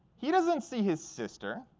he doesn't see his sister.